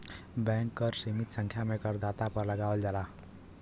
bank कर सीमित संख्या में करदाता पर लगावल जाला